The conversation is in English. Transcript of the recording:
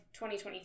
2023